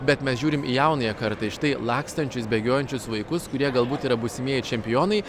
bet mes žiūrim į jaunąją kartą į štai lakstančius bėgiojančius vaikus kurie galbūt yra būsimieji čempionai